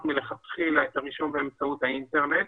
מלכתחילה את הרישום באמצעות האינטרנט,